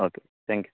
okay thank you